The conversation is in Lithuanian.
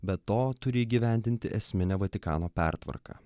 be to turi įgyvendinti esminę vatikano pertvarką